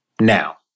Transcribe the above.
now